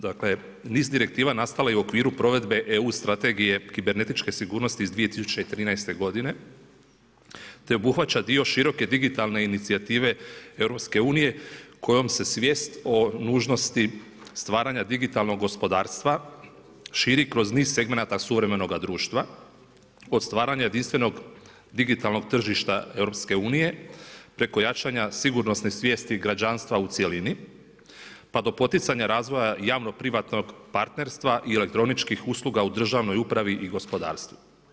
Dakle, niz direktiva nastalo je u okviru provedbe EU Strategije kibernetičke sigurnosti iz 2013. godine te obuhvaća dio široke digitalne inicijative EU-a kojom se svijest o nužnosti stvaranja digitalnog gospodarstva širi kroz segmenata suvremenoga društva od stvaranja jedinstvenog digitalnog tržišta EU-a preko jačanja sigurnosne svijesti građanstva u cjelini pa do poticanja razvoja javnog privatnog partnerstva i elektroničkih usluga u državnoj upravi i gospodarstvu.